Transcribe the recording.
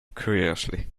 curiously